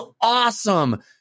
awesome